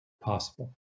possible